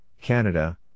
Canada